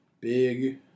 Big